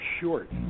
short